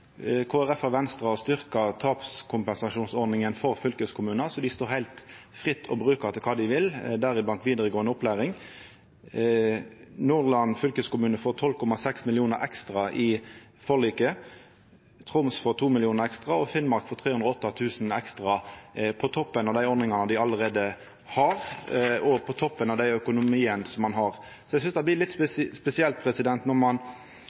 Folkeparti og Venstre har styrkt tapskompensasjonsordninga for fylkeskommunar, som dei står heilt fritt til å bruka til kva dei vil, deriblant vidaregåande opplæring. Nordland fylkeskommune får 12,6 mill. kr ekstra i forliket, Troms får 2 mill. kr ekstra, og Finnmark får 308 000 kr ekstra – på toppen av dei ordningane dei allereie har, og på toppen av den økonomien som ein har. Så eg synest det blir litt spesielt når ein